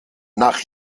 nach